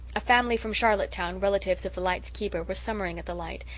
a family from charlottetown, relatives of the light's keeper, were summering at the light,